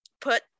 put